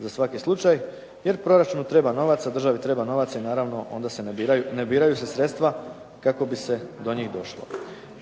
za svaki slučaj jer proračunu treba novaca, državi treba novaca i naravno onda se ne biraju sredstva kako bi se do njih došlo.